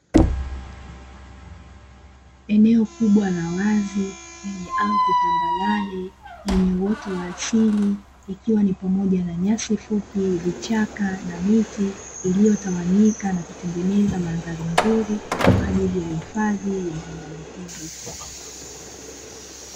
Eneo kubwa la wazi la ardhi tambarare lenye uoto wa asili ikiwa ni pamoja na nyasi fupi na vichaka na miti iliyotawanyika, na kutengenezea mandhari nzuri kwajili ya uhifadhi wa wanyama pori.